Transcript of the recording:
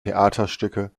theaterstücke